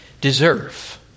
deserve